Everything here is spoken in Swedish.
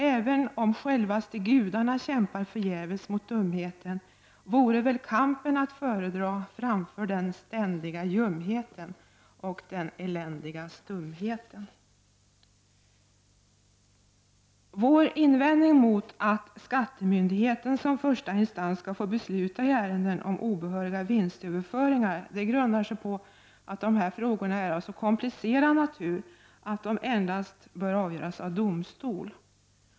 Även om självaste gudarna kämpar förgäves mot dumheten vore väl kampen att föredra framför den ständiga ljumheten och den eländiga stumheten.” Vår invändning mot att skattemyndigheten som första instans skall få besluta i ärenden om obehöriga vinstöverföringar grundar sig på att dessa frågor är av så komplicerad natur att de endast bör avgöras av domstol.